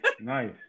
nice